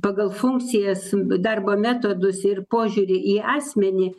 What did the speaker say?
pagal funkcijas darbo metodus ir požiūrį į asmenį